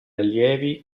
allievi